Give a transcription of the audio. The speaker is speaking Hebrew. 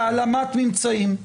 להעלמת ממצאים.